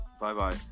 Bye-bye